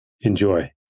Enjoy